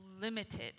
limited